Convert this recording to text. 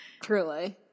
Truly